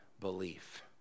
belief